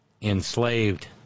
enslaved